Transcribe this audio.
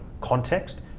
context